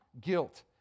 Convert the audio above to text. guilt